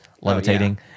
levitating